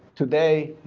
today,